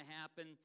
happen